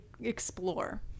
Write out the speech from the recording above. explore